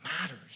matters